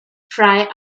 frye